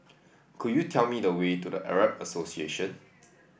could you tell me the way to The Arab Association